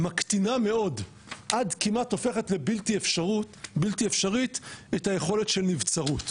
מקטינה מאוד עד כמעט הופכת בלתי אפשרית את היכולת של נבצרות,